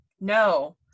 No